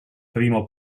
primo